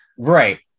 right